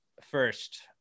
first